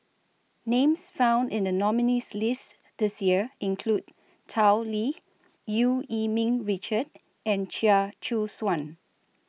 Names found in The nominees' list This Year include Tao Li EU Yee Ming Richard and Chia Choo Suan